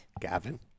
Gavin